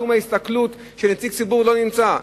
שום הסתכלות שנציג ציבור לא נמצא,